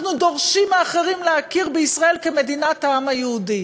אנחנו דורשים מאחרים להכיר בישראל כמדינת העם היהודי.